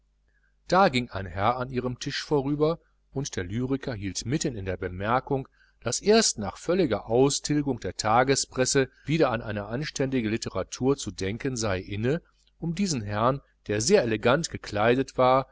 da ging ein herr an ihrem tisch vorüber und der lyriker hielt mitten in der bemerkung daß erst nach völliger austilgung der tagespresse wieder an eine anständige litteratur zu denken sei inne um diesen herrn der sehr elegant gekleidet war